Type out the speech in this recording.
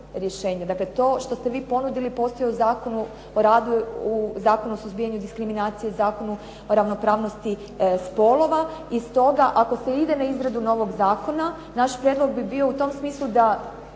dakle to što ste vi ponudili postoji u Zakonu o radu, u Zakonu o suzbijanju diskriminacije, Zakonu o ravnopravnosti spolova. I stoga ako se ide na izradu novog zakona naš prijedlog bi bio u tom smislu da